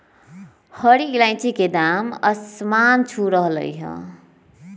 हरी इलायची के दाम आसमान छू रहलय हई